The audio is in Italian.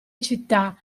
città